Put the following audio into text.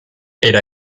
era